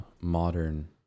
modern